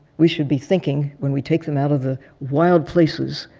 we should be thinking when we take them out of the wild places,